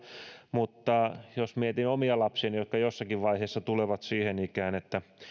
mutta jos mietin omia lapsiani jotka jossakin vaiheessa tulevat siihen ikään että